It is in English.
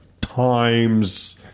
times